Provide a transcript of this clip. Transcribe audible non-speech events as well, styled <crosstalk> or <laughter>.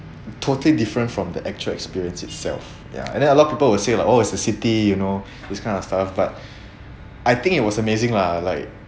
totally different from the actual experience itself ya and then a lot of people will say like oh it's a city you know <breath> this kind of stuff but <breath> I think it was amazing lah like